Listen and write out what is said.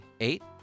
Eight